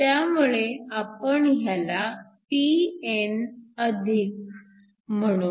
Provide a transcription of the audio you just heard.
त्यामुळे आपण ह्याला pn म्हणू